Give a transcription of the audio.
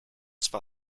zwar